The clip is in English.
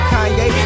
Kanye